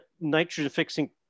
nitrogen-fixing